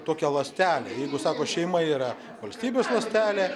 tokia ląstelė jeigu sako šeima yra valstybės ląstelė